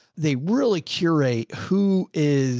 they really curate who is